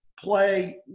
play